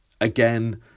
again